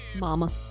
mama